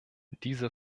diese